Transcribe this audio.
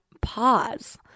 pause